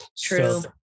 True